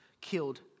killed